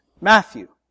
Matthew